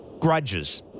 grudges